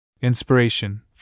Inspiration